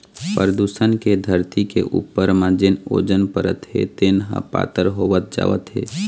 परदूसन के धरती के उपर म जेन ओजोन परत हे तेन ह पातर होवत जावत हे